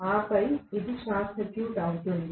ఆపై ఇది short circuit అవుతుంది